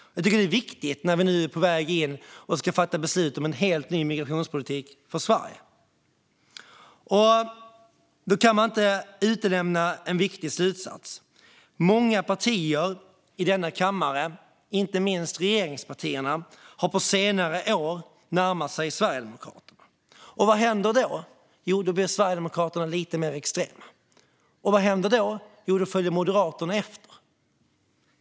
Jag tycker att det är riktigt när vi nu är på väg att fatta beslut om en helt ny migrationspolitik för Sverige. Då kan man inte utelämna en viktig slutsats. Många partier i denna kammare, inte minst regeringspartierna, har på senare år närmat sig Sverigedemokraterna. Vad händer då? Jo, då blir Sverigedemokraterna lite mer extrema. Och vad händer då? Jo, då följer Moderaterna efter.